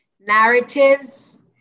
narratives